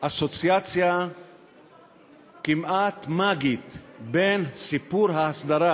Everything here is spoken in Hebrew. אסוציאציה כמעט מאגית בין סיפור ההסדרה